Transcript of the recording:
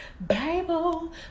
Bible